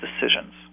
decisions